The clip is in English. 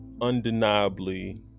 undeniably